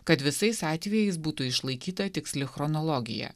kad visais atvejais būtų išlaikyta tiksli chronologija